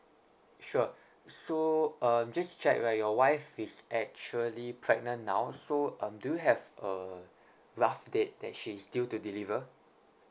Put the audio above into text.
sure so um just to check right your wife is actually pregnant now so uh do you have a rough date that she is due to deliver